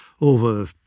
over